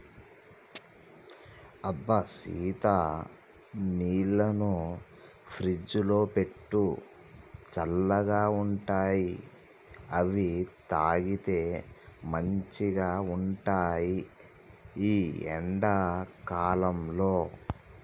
అబ్బ సీత నీళ్లను ఫ్రిజ్లో పెట్టు చల్లగా ఉంటాయిఅవి తాగితే మంచిగ ఉంటాయి ఈ ఎండా కాలంలో